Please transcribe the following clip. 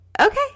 Okay